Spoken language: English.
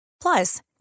Plus